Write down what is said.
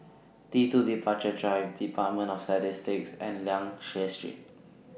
T two Departure Drive department of Statistics and Liang Seah Street